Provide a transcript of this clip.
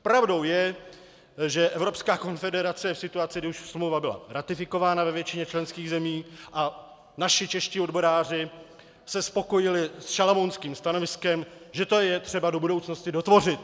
Pravdou je, že Evropská konfederace je v situaci, kdy už smlouva byla ratifikována ve většině členských zemí, a naši čeští odboráři se spokojili s šalamounským stanoviskem, že to je třeba do budoucnosti dotvořit.